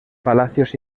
palacios